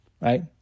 right